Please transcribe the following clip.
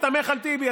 תסתמך על טיבי.